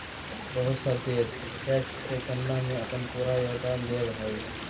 बहुत सा देश टैक्स के गणना में अपन पूरा योगदान देब हइ